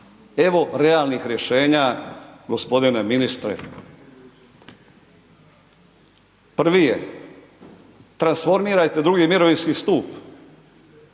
evo realnih rješenja gospodine ministre. Prvi je transformirajte drugi mirovinski stup.